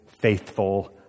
faithful